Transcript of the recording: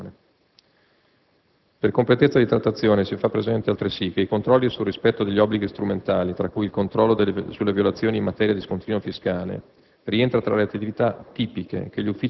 devono essere tenute nella giusta considerazione. Per completezza di trattazione, si fa presente altresì che i controlli sul rispetto degli obblighi strumentali, tra cui il controllo sulle violazioni in materia di scontrino fiscale,